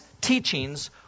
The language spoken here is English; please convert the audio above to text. teachings